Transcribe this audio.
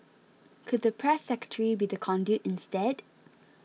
could the press secretary be the conduit instead